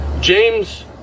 James